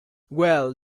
well